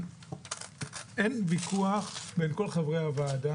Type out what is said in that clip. אין ויכוח בין כל חברי הוועדה,